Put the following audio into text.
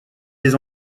des